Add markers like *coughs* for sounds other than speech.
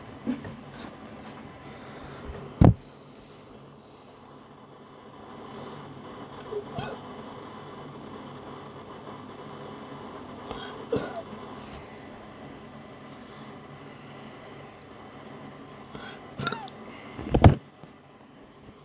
*coughs* *coughs* *coughs*